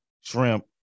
shrimp